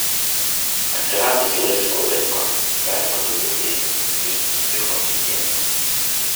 atsiradus laisvo laiko galima daugiau dėmesio skirti psichohigienai